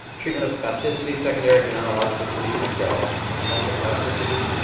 treatment of spasticity secondary to neurological diseases. so muscles spasticity,